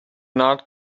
not